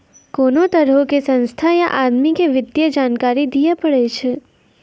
कोनो तरहो के संस्था या आदमी के वित्तीय जानकारी दियै पड़ै छै